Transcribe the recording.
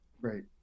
Right